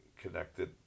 connected